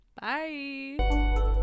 Bye